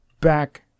back